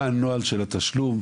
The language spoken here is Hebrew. מה הנוהל של התשלום,